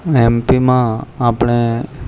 એમપીમાં આપણે